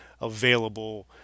available